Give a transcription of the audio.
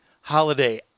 Holiday